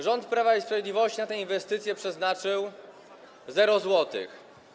Rząd Prawa i Sprawiedliwości na tę inwestycję przeznaczył 0 zł.